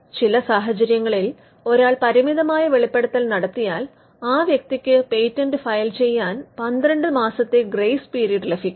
ചില സാഹചര്യങ്ങളിൽ ഒരാൾ പരിമിതമായ വെളിപ്പെടുത്തൽ നടത്തിയാൽ ആ വ്യക്തിക്ക് പേറ്റന്റ് ഫയൽ ചെയ്യാൻ പന്ത്രണ്ട് മാസത്തെ ഗ്രേസ് പിരീഡ് ലഭിക്കുന്നു